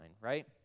right